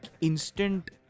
instant